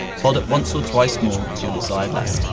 fold up once or twice more to your desired length.